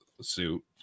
suit